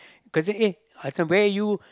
cause I said eh where are you